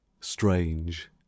strange